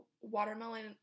watermelon